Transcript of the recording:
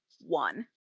one